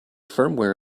firmware